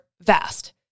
vast